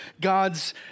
God's